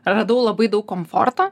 radau labai daug komforto